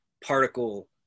particle